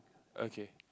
okay